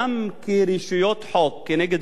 כנגד הערבים או אל מול הערבים,